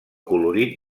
colorit